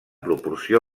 proporció